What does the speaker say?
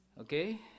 okay